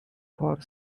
for